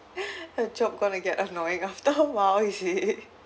her job going to get annoying after awhile is it